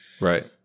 Right